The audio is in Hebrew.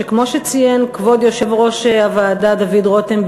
שכמו שציין כבוד יושב-ראש הוועדה דוד רותם,